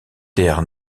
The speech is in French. terre